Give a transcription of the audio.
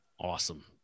Awesome